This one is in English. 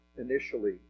initially